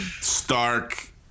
stark